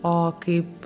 o kaip